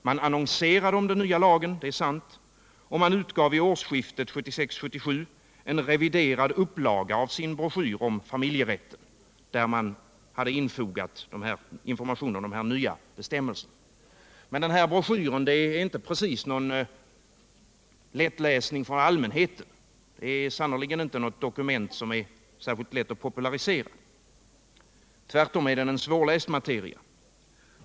Man annonserade om den nya lagen — det är sant — och man utgav vid årsskiftet 1976-1977 en reviderad upplaga av sin broschyr om familjerätten, där man hade infogat informationen om den nya bestämmelsen. Men broschyren är inte precis någon lätt läsning för allmänheten. Den är sannerligen inte något dokument som det är särskilt lätt att popularisera, utan den är tvärtom en svårläst materia.